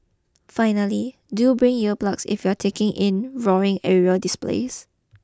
finally do bring ear plugs if you are taking in roaring aerial displays